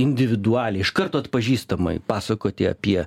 individualiai iš karto atpažįstamai pasakoti apie